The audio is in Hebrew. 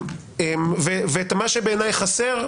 ואת מה שבעיניי חסר,